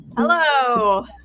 Hello